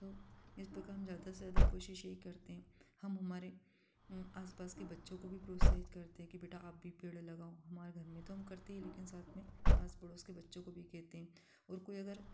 तो इस प्रकार हम ज्यादा से ज्यादा कोशिश यही करते हैं हम हमारे आसपास के बच्चों को भी प्रोत्साहित करते हैं कि बेटा आप भी पेड़ लगाओ हमारे घर में तो हम करते ही हैं लेकिन साथ में आस पड़ोस के बच्चों को भी कहते हैं और कोई अगर